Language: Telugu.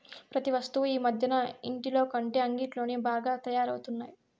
ప్రతి వస్తువు ఈ మధ్యన ఇంటిలోకంటే అంగిట్లోనే బాగా తయారవుతున్నాయి